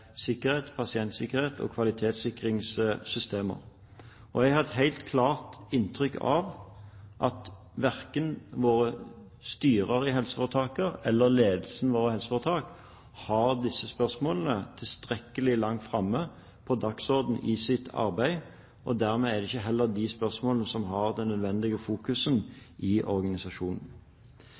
sikkerhet – pasientsikkerhet og kvalitetssikringssystemer. Jeg har et helt klart inntrykk av at verken styrene i helseforetakene eller ledelsen i helseforetakene har disse spørsmålene tilstrekkelig langt framme på dagsordenen, og dermed er det heller ikke de spørsmålene som får den nødvendige fokuseringen i organisasjonen.